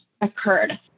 occurred